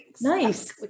nice